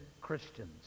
Christians